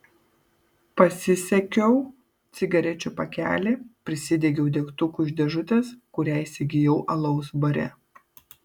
pasisiekiau cigarečių pakelį prisidegiau degtuku iš dėžutės kurią įsigijau alaus bare